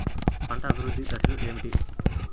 పంట అభివృద్ధి దశలు ఏమిటి?